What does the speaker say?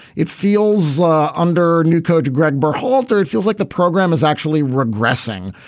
it feels under new coach greg burkholder it feels like the program is actually regressing.